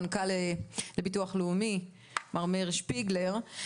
המנכ"ל לביטוח לאומי מר מאיר שפיגלר.